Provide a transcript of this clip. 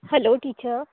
hello teacher